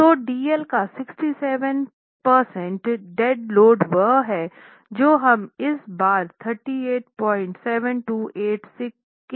तो DL का 67 प्रतिशत डेड लोड वह है जो हम इस बारे 38726 kN पर काम करेंगे